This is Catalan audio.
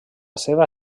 seva